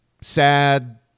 sad